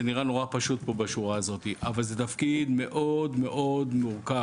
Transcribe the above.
זה נראה נורא פשוט פה בשורה הזאת אבל זה תפקיד מאוד מאוד מורכב,